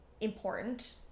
important